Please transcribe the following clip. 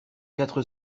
quatre